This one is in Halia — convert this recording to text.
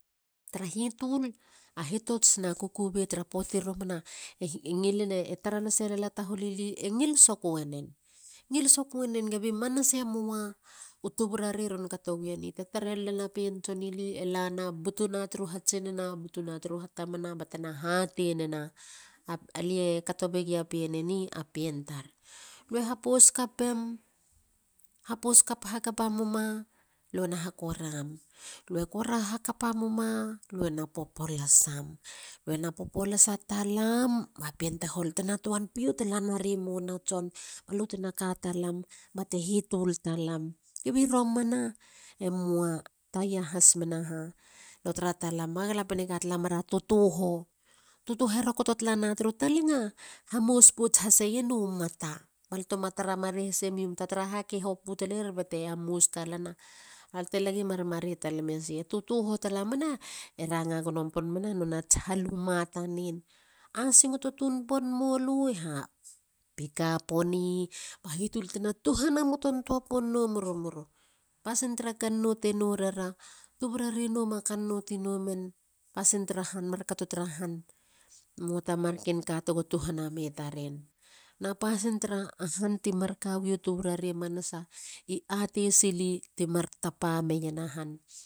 Tra hitul a hitots na kukubei tara poati romana. E tara lasera katunili e ngil sokueren. kuba i manasa. e moa. u tuburare ron mar katowieni. te tara lilena pien tson i li. e lana. butuna turu hatsinana. butuna turu hatamana batena hatei nena. alie kato begia pien e ni a pien tar. lue ha pos kapim. lue hapos kap hakapamula. lue na hakoram. lue hakora hakapamemula. lue na popolasam ba pien tahol tena tuan pio tala nari mona tson ba lu tena ka talam. te hitul talam. Kabi romana e moa. tara has mena. ba galapien te katala mera tutuho. tutuhe rokoto talana turu talinga hamos pots haseienu mata balutema tara marei hase miu mata taraha ke hopu taleier bate hamos talana. balute laglagin maretalem esi. hatutuhu tala mena e ranga gono pon menats haluma tanen. a singoto tun pon mo lue ha. pika poni ba hitul tena tuhana moton tua pon no murimuri. Pasin tra kannou te nowera ra. tuburare nou ma kannou ti nowe men. pasin tra han. mar kato tra han. Moata marken ka tego tuhana me taren. na pasin tra han ti mar ka wiu tuburare manasa i ateisili tema tapa meien a han.